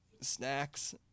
snacks